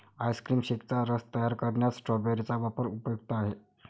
ice cream शेकचा रस तयार करण्यात स्ट्रॉबेरी चा वापर उपयुक्त आहे